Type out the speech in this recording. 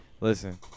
Listen